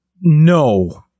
no